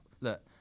look